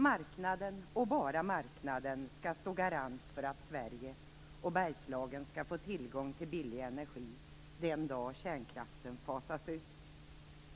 Marknaden, och bara marknaden, skall stå garant för att Sverige och Bergslagen skall få tillgång till billig energi den dag kärnkraften fasas ut.